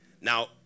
Now